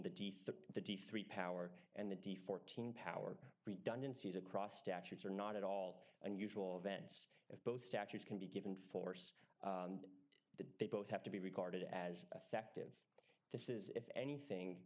of the d three power and the d fourteen power redundancies across statutes or not at all unusual events of both statutes can be given force that they both have to be regarded as effective this is if anything